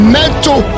mental